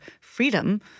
freedom